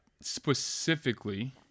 specifically